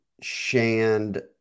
Shand